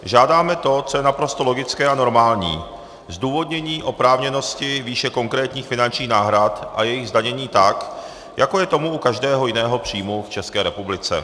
Žádáme to, co je naprosto logické a normální, zdůvodnění oprávněnosti výše konkrétních finančních náhrad a jejich zdanění tak, jako je tomu u každého jiného příjmu v České republice.